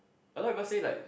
a lot of people say like